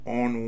on